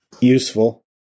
useful